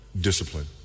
discipline